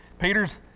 Peter's